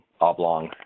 oblong